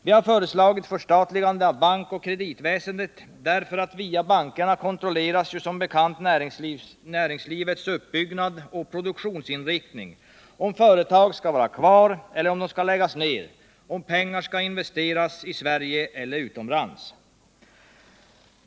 Vi har föreslagit förstatligande av bankoch kreditväsendet därför att via bankerna kontrolleras som bekant näringslivets uppbyggnad och produktionsinriktning, om företag skall vara kvar eller läggas ner, om pengar skall investeras i Sverige eller utomlands.